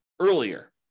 earlier